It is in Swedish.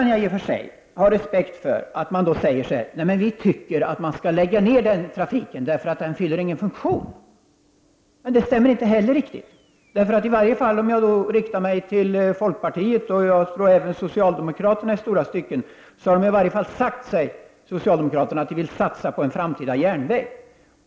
I sådana fall kan jag ha respekt för att man säger att en viss trafik skall läggas ned, eftersom den inte fyller någon funktion. Men detta stämmer inte heller riktigt. Jag vill vända mig till folkpartisterna och även till socialdemokraterna. De har i varje fall sagt att de vill satsa på en framtida järnväg.